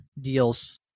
deals